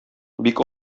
бик